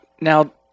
Now